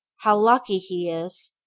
how lucky he is!